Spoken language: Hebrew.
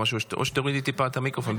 או שתורידו טיפה את המיקרופון,